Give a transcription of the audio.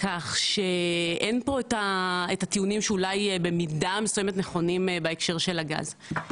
כך שאין פה את הטיעונים שאולי במידה מסוימת אולי נכונים בהקשר של הגז.